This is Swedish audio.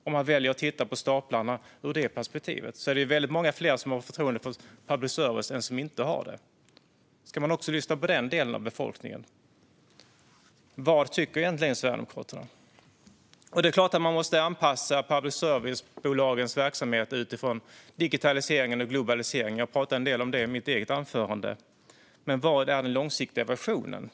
Om man väljer att titta på staplarna ur det perspektivet är det väldigt många fler som har förtroende för public service än som inte har det. Ska man också lyssna på den delen av befolkningen? Vad tycker egentligen Sverigedemokraterna? Det är klart att vi måste anpassa public service-bolagens verksamhet utifrån digitaliseringen och globaliseringen; jag talade en del om detta i mitt eget anförande. Men vad är den långsiktiga versionen?